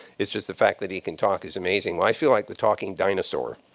it's just the fact that he can talk is amazing. i feel like the talking dinosaur.